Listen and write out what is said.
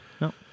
No